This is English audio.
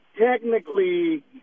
technically